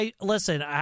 Listen